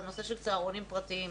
הנושא של צהרונים פרטיים.